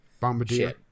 Bombardier